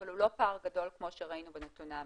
אבל הוא לא פער גדול כמו שראינו בנתוני המשטרה.